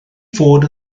fod